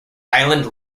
island